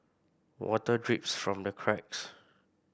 water drips from the cracks